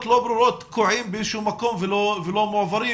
לא ברורות תקועים באיזשהו מקום ולא מועברים,